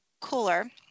cooler